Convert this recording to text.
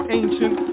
ancient